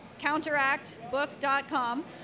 Counteractbook.com